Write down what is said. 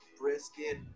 brisket